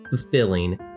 fulfilling